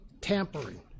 tampering